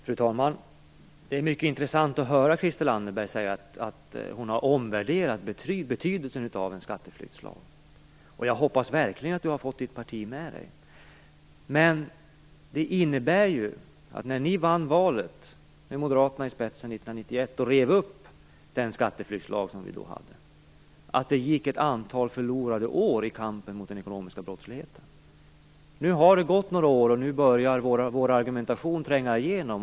Fru talman! Det är mycket intressent att höra Christel Anderberg säga att hon har omvärderat betydelsen av en skatteflyktslag. Jag hoppas verkligen att hon har fått sitt parti med sig. Men när ni vann valet 1991 och rev upp den skatteflyktslag som då gällde gick det ett antal år förlorade i kampen mot den ekonomiska brottsligheten. Nu har det gått en tid och nu börjar vår argumentation tränga igenom.